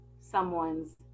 someone's